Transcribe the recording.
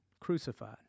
crucified